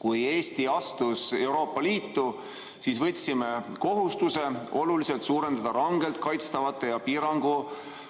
Kui Eesti astus Euroopa Liitu, siis võtsime kohustuse oluliselt suurendada rangelt kaitstavate ja piirangutega